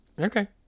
Okay